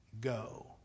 go